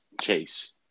Chase